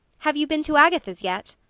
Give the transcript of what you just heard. have you been to agatha's yet?